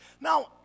Now